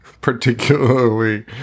particularly